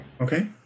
Okay